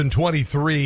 2023